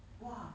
!wah!